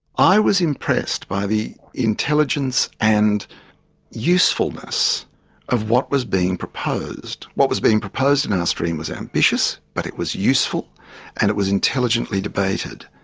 i was impressed by the intelligence and usefulness of what was being proposed. what was being proposed in our stream was ambitious but it was useful and it was intelligently debated.